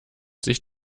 sich